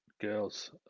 girls